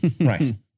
Right